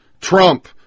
Trump